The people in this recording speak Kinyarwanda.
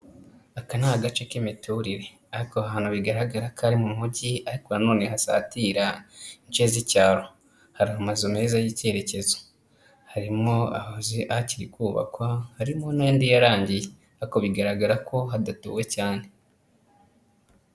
Aka ni agace k'imiturire. Ariko aha hantu bigaragara kari mu mugi, ariko nanone hasatira ince z'icyaro. Hari amazu meza y'icyerekezo. Hari mwo amazu akiri kubakwa, harimo n'andi yarangiye. Ariko bigaragara ko hadatuwe cyane.